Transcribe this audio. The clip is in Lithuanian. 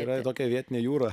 yra tokia vietinė jūra